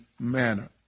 manner